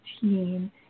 team